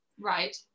Right